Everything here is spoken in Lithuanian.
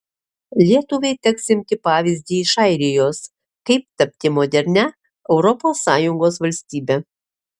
lietuvai teks imti pavyzdį iš airijos kaip tapti modernia europos sąjungos valstybe